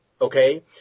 Okay